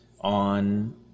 on